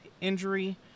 injury